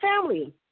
family